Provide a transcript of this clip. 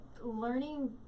learning